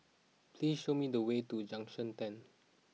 please show me the way to Junction ten